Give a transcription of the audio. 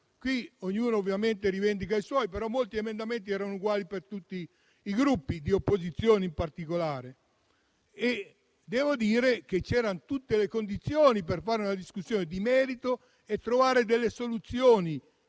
Qui ognuno ovviamente rivendica i suoi, però molti emendamenti erano uguali per tutti i Gruppi, di opposizione in particolare. Devo dire che c'erano tutte le condizioni per fare una discussione di merito e per trovare soluzioni